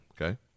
okay